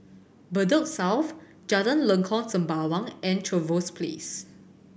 Bedok South Jalan Lengkok Sembawang and Trevose Place